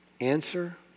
Answer